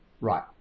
Right